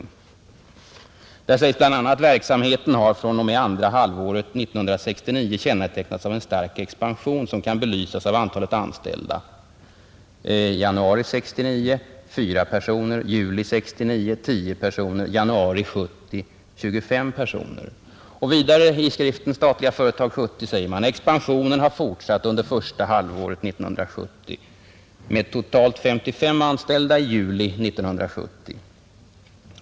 Om detta sägs i skriften Statliga företag bl.a.: ”Verksamheten har från och med andra halvåret 1969 kännetecknats av en stark expansion som kan belysas av antalet anställda: januari 1969 4, juli 1969 10, januari 1970 I Vidare heter det: ”Expansionen har fortsatt under första halvåret 1970 med totalt 55 anställda juli 1970.